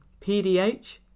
pdh